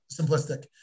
simplistic